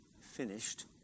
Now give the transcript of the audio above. finished